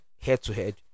head-to-head